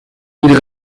ils